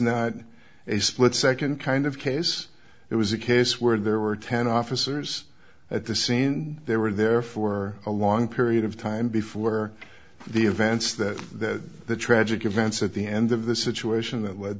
not a split second kind of case it was a case where there were ten officers at the scene they were there for a long period of time before the events that that the tragic events at the end of the situation that led